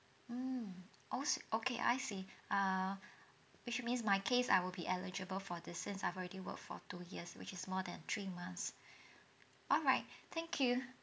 mm os~ okay I see err which means my case I will be eligible for this since I've already work for two years which is more than three months alright thank you